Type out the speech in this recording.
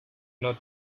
not